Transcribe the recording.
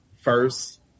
first